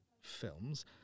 films